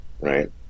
right